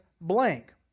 blank